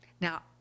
Now